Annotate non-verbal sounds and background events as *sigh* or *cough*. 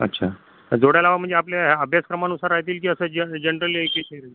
अच्छा जोड्या लावा म्हणजे आपल्या ह्या अभ्यासक्रमानुसार राहतील की असं ज जनरल *unintelligible*